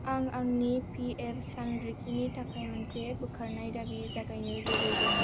आं आंनि पिएफ सानरिखिनि थाखाय मोनसे बोखारनाय दाबि जागायनो लुबैदों